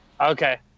okay